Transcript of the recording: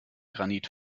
granit